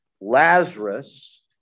Lazarus